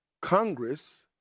Congress